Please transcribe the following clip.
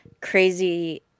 crazy